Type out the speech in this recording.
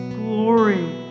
glory